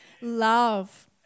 love